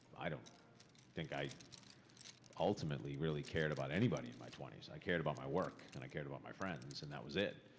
i don't think i ultimately really cared about anybody in my twenty s. i cared about my work, and i cared about my friends, and that was it.